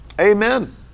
Amen